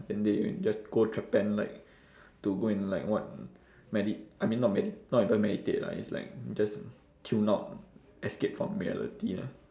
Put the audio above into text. then they just go japan like to go and like what medi~ I mean not medi~ not even meditate lah it's like just tune out escape from reality lah